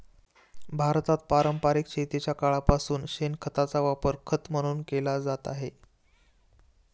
भारतात पारंपरिक शेतीच्या काळापासून शेणखताचा वापर खत म्हणून केला जात आहे